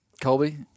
Colby